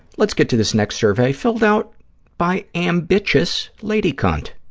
let's get to this next survey, filled out by ambitchous lady cunt.